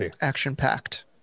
action-packed